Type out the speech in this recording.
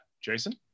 Jason